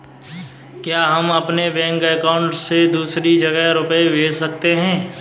क्या हम अपने बैंक अकाउंट से दूसरी जगह रुपये भेज सकते हैं?